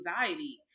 anxiety